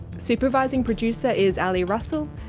supervising producer is ali russell.